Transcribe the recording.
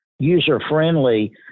user-friendly